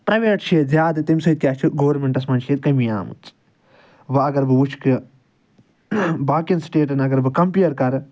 private چھِ ییٚتہِ زیادٕ تَمہِ سۭتۍ کیٛاہ چھِ گورمٮ۪نٛٹَس مَنٛز چھِ ییٚتہِ کٔمی آمٕژ وۄنۍ اگر بہٕ وٕچھ کہِ باقیَن سٕٹیٹَن اگر بہٕ کَمپِیَر کَرٕ